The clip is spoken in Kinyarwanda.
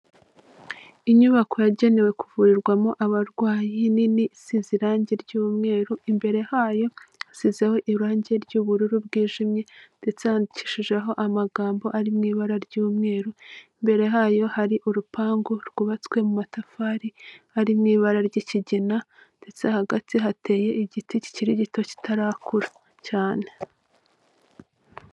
Inyubako yagenewe kuvurirwamo abarwayi, nini, isize irangi ry'umweru, imbere hayo hasizeho irangi ry'ubururu bwijimye, ndetse handikishijeho amagambo ari mu ibara ry'umweru, imbere hayo hari urupangu rwubatswe mu matafari, ari mu ibara ry'kijyina, ndetse hagati hateye igiti kikiri gito, kitarakura cyane.